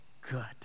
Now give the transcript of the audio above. good